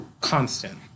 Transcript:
Constant